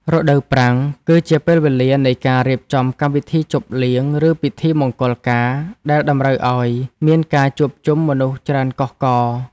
រដូវប្រាំង គឺជាពេលវេលានៃការរៀបចំកម្មវិធីជប់លៀង ឬពិធីមង្គលការដែលតម្រូវឱ្យមានការជួបជុំមនុស្សច្រើនកុះករ។